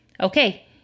Okay